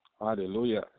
Hallelujah